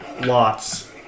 Lots